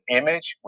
image